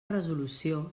resolució